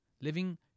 living